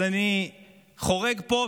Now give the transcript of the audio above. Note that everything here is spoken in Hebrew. אז אני חורג פה,